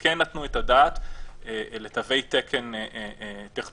כן נתנו את הדעת לתווי תקן טכנולוגיים.